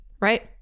Right